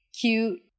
cute